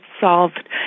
solved